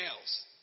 else